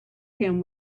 him